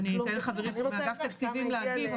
אז אני אתן לחברי מאגף תקציבים להגיב,